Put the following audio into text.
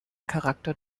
charakter